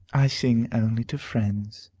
i sing to friends.